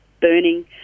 burning